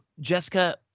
Jessica